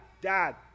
dad